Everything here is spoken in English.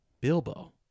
Bilbo